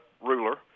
ruler